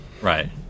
right